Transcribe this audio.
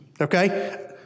Okay